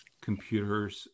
computers